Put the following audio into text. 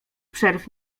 przerw